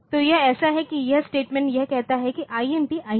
तो यह ऐसा है यह स्टेटमेंट यह कहता है कि INT INTT